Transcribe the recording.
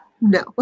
No